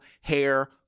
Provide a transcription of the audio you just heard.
hair